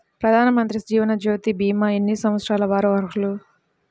ప్రధానమంత్రి జీవనజ్యోతి భీమా ఎన్ని సంవత్సరాల వారు అర్హులు?